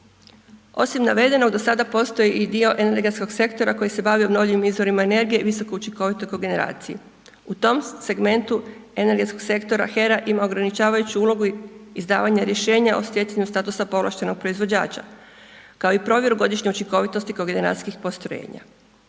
Osim navedenog do sada postoji i dio energetskog sektora koji se bavi obnovljivim izvorima energije visokoučinkovitoj kogeneraciji. U tom segmentu energetskog sektora HERA ima ograničavajuću ulogu izdavanja rješenja o stjecanju statusa povlaštenog proizvođača, kao i provjeru godišnje učinkovitosti kogeneracijskih postrojenja.